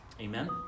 Amen